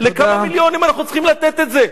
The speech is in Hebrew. לכמה מיליונים אנחנו צריכים לתת את זה?